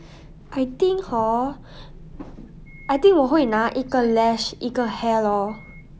I think hor I think 我会拿一个 lash 一个 hair lor